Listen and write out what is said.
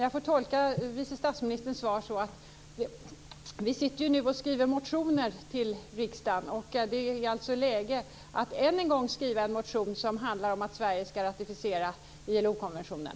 Jag får tolka vice statsministerns svar så att det nu, när vi ju sitter och skriver motioner till riksdagen, är läge för att än en gång väcka en motion om att Sverige ska ratificera ILO-konventionen.